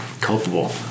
culpable